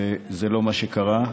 וזה לא מה שקרה.